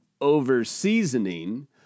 over-seasoning